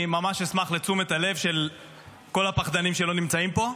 אני ממש אשמח לתשומת הלב של כל הפחדנים שלא נמצאים פה.